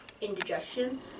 indigestion